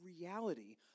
reality